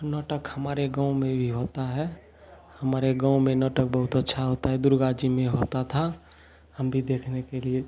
नाटक हमारे गाँव में भी होता है हमारे गाँव में नाटक बहुत अच्छा होता है दुर्गा जी में होता था हम भी देखने के लिए